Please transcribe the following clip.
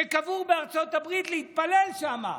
שקבור בארצות הברית, להתפלל שם.